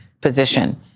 position